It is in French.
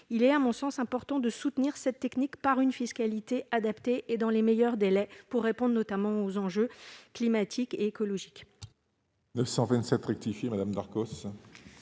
il est à mon sens important de soutenir cette technique par une fiscalité adaptée et dans les meilleurs délais pour répondre et notamment aux enjeux climatiques et écologiques.